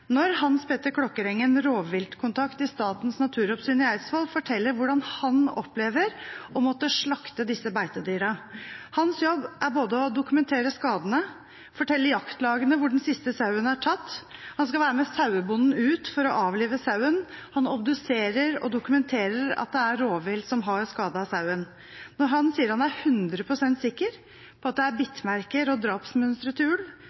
når Hans Petter Klokkerengen, rovviltkontakt i Statens naturoppsyn i Eidsvoll, forteller hvordan han opplever å måtte slakte disse beitedyra. Hans jobb er både å dokumentere skadene og fortelle jaktlagene hvor den siste sauen er tatt. Han skal være med sauebonden ut for å avlive sauen, og han obduserer og dokumenterer at det er rovvilt som har skadet sauen. Når han sier at han er 100 pst. sikker på at det er